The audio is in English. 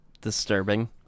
disturbing